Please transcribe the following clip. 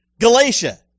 Galatia